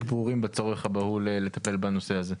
ברורים בצורך הברור לטפל בנושא הזה.